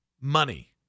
Money